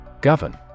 Govern